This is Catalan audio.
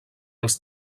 els